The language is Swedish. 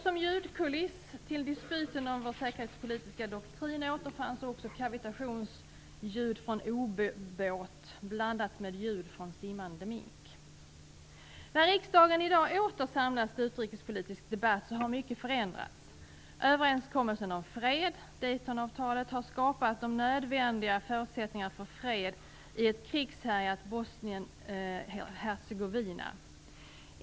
Som ljudkuliss till dispyten om vår säkerhetspolitiska doktrin återfanns också kavitationsljud från ubåt blandat med ljud från simmande mink. När riksdagen i dag åter samlas till utrikespolitisk debatt har mycket förändrats. Överenskommelsen om fred, Daytonavtalet, har skapat de nödvändiga förutsättningarna för fred i ett krigshärjat Bosnien Hercegovina.